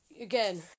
again